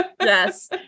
Yes